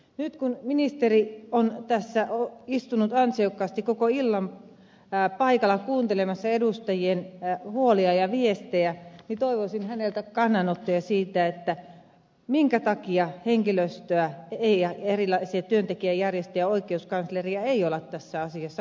nyt kun ministeri on tässä istunut ansiokkaasti koko illan paikalla kuuntelemassa edustajien huolia ja viestejä niin toivoisin häneltä kannanottoja siitä minkä takia henkilöstöä ja erilaisia työntekijäjärjestöjä ja oikeuskansleria ei ole tässä asiassa kuultu